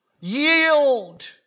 Yield